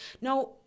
Now